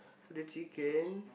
for the chicken